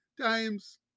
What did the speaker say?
times